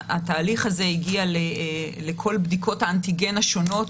התהליך הזה הגיע לכל בדיקות האנטיגן השונות,